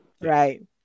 right